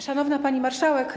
Szanowna Pani Marszałek!